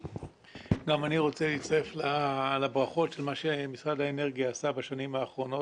אני רוצה להצטרף לברכות על מה שמשרד האנרגיה עשה בשנים האחרונות.